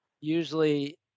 usually